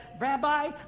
Rabbi